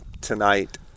tonight